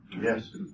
Yes